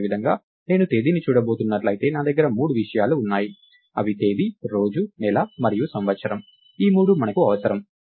అదేవిధంగా నేను తేదీని చూడబోతున్నట్లయితే నా దగ్గర మూడు విషయాలు ఉన్నాయి అవి తేదీ రోజు నెల మరియు సంవత్సరం ఈ మూడు మనకు అవసరం